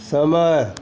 समय